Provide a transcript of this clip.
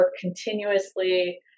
continuously